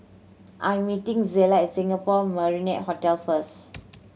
I'm meeting Zella at Singapore Marriott Hotel first